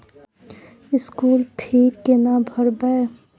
School fee केना भरबै?